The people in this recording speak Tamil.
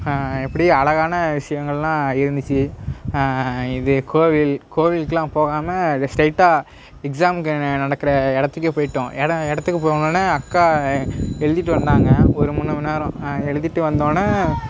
எப்படி அழகான விஷயங்கள்லாம் இருந்துச்சு இது கோவில் கோவிலுக்குலாம் போகாமல் அப்டி ஸ்ட்ரெயிட்டாக எக்ஸாமுக்கு நடக்கிற இடத்துக்கே போயிட்டோம் இடம் இடத்துக்கு போனோன அக்கா எழுதிட்டு வந்தாங்க ஒரு மூணு மணிநேரம் எழுதிட்டு வந்தோடனே